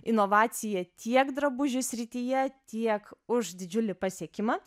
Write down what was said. inovaciją tiek drabužių srityje tiek už didžiulį pasiekimą